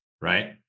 Right